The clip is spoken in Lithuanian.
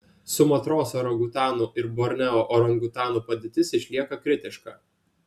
sumatros orangutanų ir borneo orangutanų padėtis išlieka kritiška